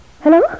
Hello